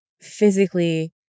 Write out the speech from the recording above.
physically